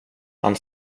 han